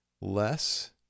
less